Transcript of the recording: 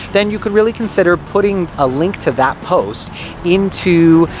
then you could really consider putting a link to that post into,